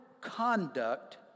conduct